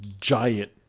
giant